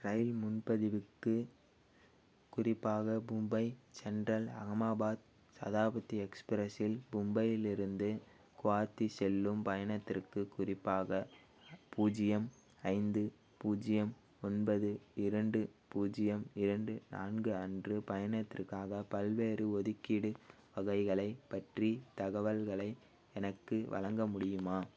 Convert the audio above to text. ரயில் முன்பதிவுக்கு குறிப்பாக மும்பை சென்ட்ரல் அகமாதாபாத் சதாப்தி எக்ஸ்பிரஸில் மும்பையிலிருந்து குவாத்தி செல்லும் பயணத்திற்குக் குறிப்பாக பூஜ்ஜியம் ஐந்து பூஜ்ஜியம் ஒன்பது இரண்டு பூஜ்ஜியம் இரண்டு நான்கு அன்று பயணத்திற்காக பல்வேறு ஒதுக்கீடு வகைகளைப் பற்றி தகவல்களை எனக்கு வழங்க முடியுமா